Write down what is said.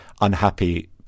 unhappy